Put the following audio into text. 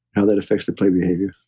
how that affects the play behavior.